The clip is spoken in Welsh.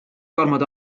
gormod